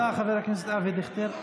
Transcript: תודה, חבר הכנסת אבי דיכטר.